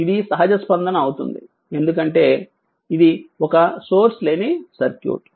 ఇది సహజ స్పందన అవుతుంది ఎందుకంటే ఇది ఒక సోర్స్ లేని సర్క్యూట్